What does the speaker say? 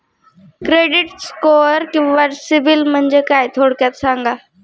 Credit score किंवा CIBIL म्हणजे काय? थोडक्यात सांगा